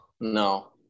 No